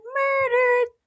murdered